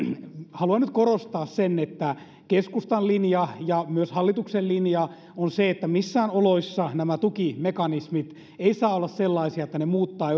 haluan nyt korostaa sitä että keskustan linja ja myös hallituksen linja on se että missään oloissa nämä tukimekanismit eivät saa olla sellaisia että ne muuttavat